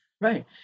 Right